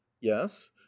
yes